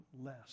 less